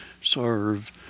serve